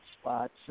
spots